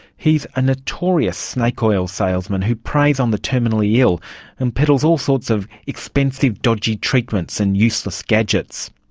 he's a notorious snake-oil salesman who preys on the terminally ill and peddles all sorts of expensive dodgy treatments and useless gadgets.